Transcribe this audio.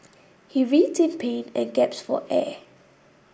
he writhed in pain and gasped for air